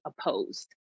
opposed